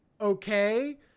okay